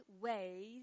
ways